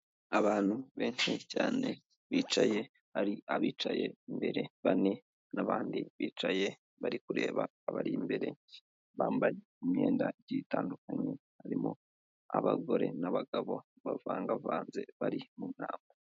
Abantu benshi cyane bicaye, hari abicaye imbere bane n'abandi bicaye bari kureba abari imbere bambaye imyenda igiye itandukanye, harimo abagore n'abagabo bavangavanze bari mu nama.